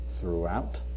throughout